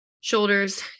shoulders